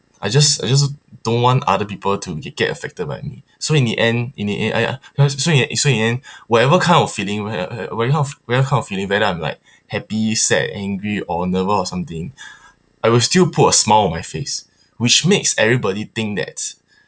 I just I just don't want other people to get affected by me so in the end in the e~ uh uh uh so in the so in the end whatever kind of feeling wh~ wh~ whatever kind of whatever kind of feeling whether I'm like happy sad angry or nervous or something I will still put a smile on my face which makes everybody think that